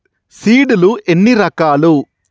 Seed లు ఎన్ని రకాలు?